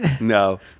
no